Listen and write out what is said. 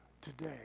today